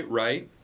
right